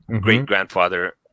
great-grandfather